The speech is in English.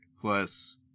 plus